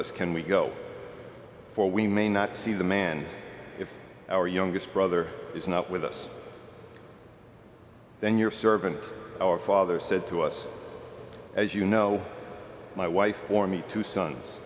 us can we go for we may not see the man if our youngest brother is not with us then your servant our father said to us as you know my wife or me two sons